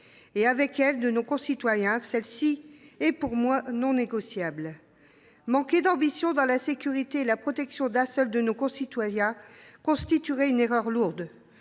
et, avec elle, de nos concitoyens ; celle ci est pour moi non négociable. Manquer d’ambition dans la sécurité et la protection d’un seul de nos concitoyens constituerait une erreur lourde.